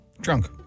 drunk